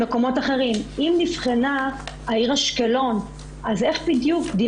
עזרה ראשונה לנפגעות ולנפגעי תקיפה מינית עדכון בדבר